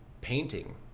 painting